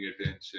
attention